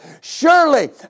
Surely